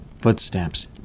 Footsteps